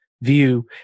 view